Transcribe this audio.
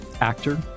actor